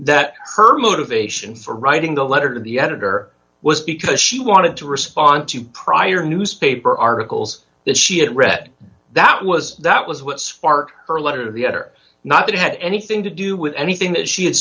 that her motivation for writing the letter to the editor was because she wanted to respond to prior newspaper articles that she had read that was that was what sparked her letter yet or not it had anything to do with anything that she had